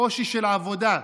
קושי של עבודה.